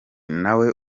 nawe